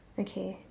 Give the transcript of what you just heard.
okay